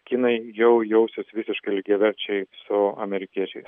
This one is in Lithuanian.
kinai jau jausis visiškai lygiaverčiai su amerikiečiais